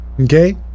okay